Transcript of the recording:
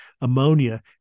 ammonia